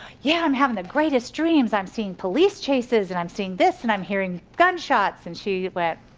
yeah i'm having the greatest dreams. i'm seeing police chases, and i'm seeing this, and i'm hearing gunshots, and she went,